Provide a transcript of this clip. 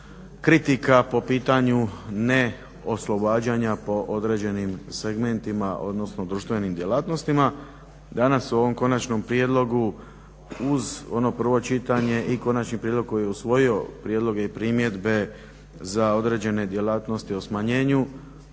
kritika po pitanju neoslobađanja po određenim segmentima, odnosno društvenim djelatnostima. Danas u ovom konačnom prijedlogu uz ono prvo čitanje i konačni prijedlog koji je usvojio prijedloge i primjedbe za određene djelatnosti o smanjenju